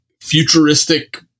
futuristic